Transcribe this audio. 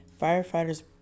Firefighters